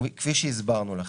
כפי שהסברנו לכם,